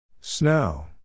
Snow